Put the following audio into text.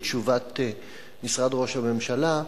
של תשובת משרד ראש הממשלה,